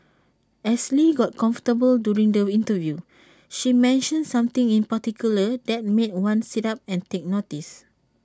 as lee got comfortable during the interview she mentioned something in particular that made one sit up and take notice